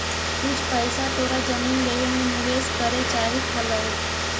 कुछ पइसा तोरा जमीन लेवे में निवेश करे चाहित हलउ